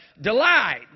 delight